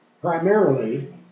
primarily